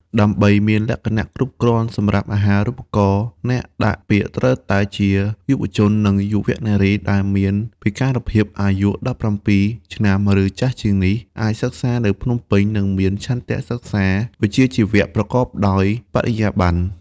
ដើម្បីមានលក្ខណៈគ្រប់គ្រាន់សម្រាប់អាហារូបករណ៍ អ្នកដាក់ពាក្យត្រូវតែជាយុវជននិងយុវនារីដែលមានពិការភាព អាយុ ១៧ ឆ្នាំឬចាស់ជាងនេះ អាចសិក្សានៅភ្នំពេញ និងមានឆន្ទៈសិក្សាជំនាញវិជ្ជាជីវៈប្រកបដោយបរិយាប័ន្ន។